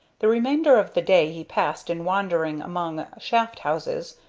the remainder of the day he passed in wandering among shaft-houses,